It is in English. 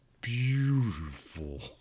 beautiful